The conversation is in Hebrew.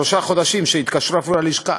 שלושה חודשים, שיתקשרו אפילו ללשכה,